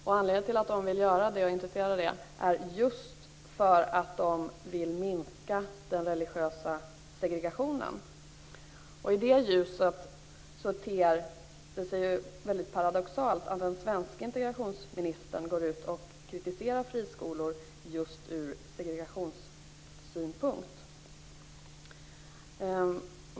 Anledningen till att man är intresserad av detta är just att man vill minska den religiösa segregationen. I det ljuset ter det sig paradoxalt att den svenska integrationsministern går ut och kritiserar friskolor just ur segregationssynpunkt.